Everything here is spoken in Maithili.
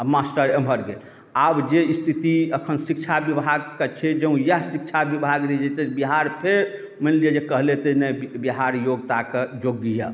आ मास्टर एम्हर गेल आब जे स्थिति अखन शिक्षा विभागके छै जँ इएह स्थिति शिक्षा विभागके रहि जेतै तऽ बिहार फेर मानि लिअ जे कहलेतै नहि बिहार योग्यताके योग्य यऽ